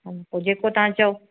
हा पोइ जेको तव्हां चओ